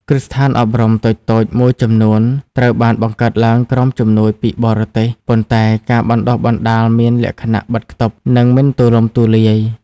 គ្រឹះស្ថានអប់រំតូចៗមួយចំនួនត្រូវបានបង្កើតឡើងក្រោមជំនួយពីបរទេស ប៉ុន្តែការបណ្តុះបណ្តាលមានលក្ខណៈបិទខ្ទប់ និងមិនទូលំទូលាយ។